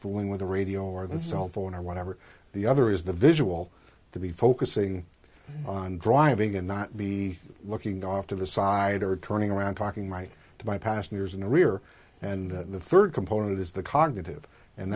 fooling with the radio or the cellphone or whatever the other is the visual to be focusing on driving and not be looking off to the side or turning around talking my to my passengers in the rear and the third component is the cognitive and